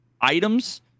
items